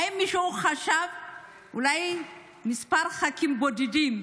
האם מישהו חשב, אולי מספר ח"כים בודדים,